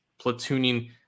platooning